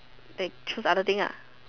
they choose other thing ah